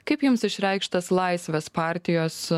kaip jums išreikštas laisvės partijos